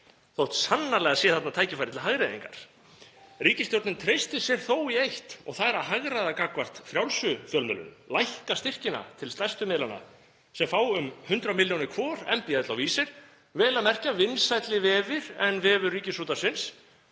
þótt sannarlega sé þarna tækifæri til hagræðingar. Ríkisstjórnin treystir sér þó í eitt og það er að hagræða gagnvart frjálsu fjölmiðlunum, lækka styrkina til stærstu miðlanna sem fá um 100 milljónir hvor, mbl.is og Vísir, vel að merkja vinsælli vefir en vefur Ríkisútvarpsins